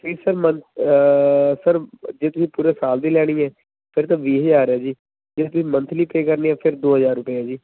fees sir month sir ਜੇ ਤੁਸੀਂ ਪੂਰੇ ਸਾਲ ਦੀ ਲੈਣੀ ਹੈ ਫਿਰ ਤਾਂ ਵੀਹ ਹਜ਼ਾਰ ਹੈ ਜੀ ਜੇ ਤੁਸੀਂ ਮੰਥਲੀ ਪੇਅ ਕਰਨੀ ਹੈ ਫਿਰ ਦੋ ਹਜ਼ਾਰ ਰੁਪਿਆ ਜੀ